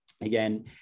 Again